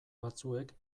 batzuek